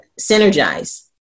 Synergize